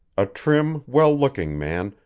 a trim, well-looking man,